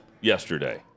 yesterday